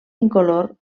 incolor